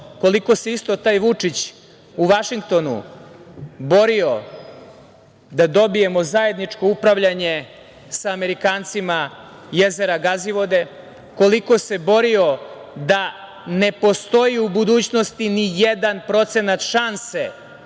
koliko se isto taj Vučić u Vašingtonu borio da dobijemo zajedničko upravljanje sa Amerikancima jezera Gazivode, koliko se borio da ne postoji u budućnosti ni jedan procenat šanse